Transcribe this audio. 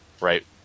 right